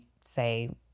say